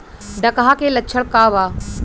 डकहा के लक्षण का वा?